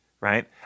right